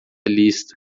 lista